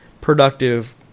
productive